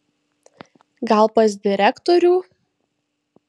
gal pas direktorių